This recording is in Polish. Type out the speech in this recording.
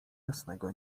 jasnego